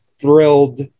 thrilled